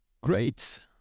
Great